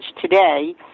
today